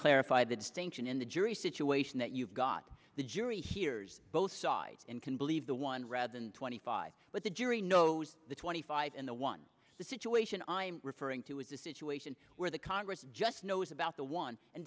clarify the distinction in the jury situation that you've got the jury hears both sides and can believe the one rather than twenty five but the jury knows the twenty five and the one the situation i'm referring to is a situation where the congress just knows about the one and